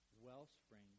wellspring